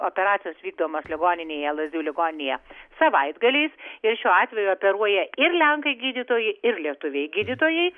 operacijos vykdomos ligoninėje lazdijų ligoninėje savaitgaliais ir šiuo atveju operuoja ir lenkai gydytojai ir lietuviai gydytojai